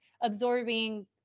absorbing